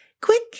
quick